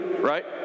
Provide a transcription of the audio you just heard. right